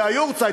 זה ה"יארצייט",